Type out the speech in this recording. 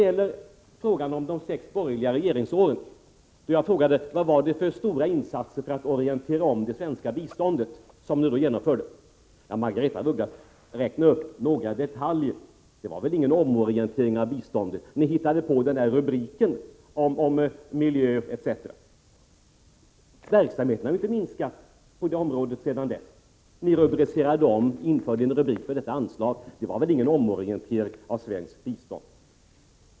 Jag frågade tidigare vilka stora insatser som gjordes under de sex borgerliga åren för att omorientera det svenska biståndet. Margaretha af Ugglas räknade bara upp några detaljer, som väl knappast kunde sägas vara exempel på en omorientering av biståndet. Ni hittade på en rubrik om miljö etc. Verksamheten har inte minskat på det området sedan dess. Inte heller det kunde väl sägas vara en omorientering av det svenska biståndet.